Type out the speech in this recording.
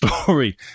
story